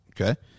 Okay